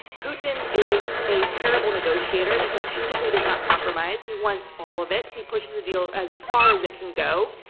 putin is a terrible negotiator, because he simply does not compromise. he wants all of it. he pushes the deal as far as it can go.